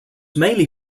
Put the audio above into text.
mainly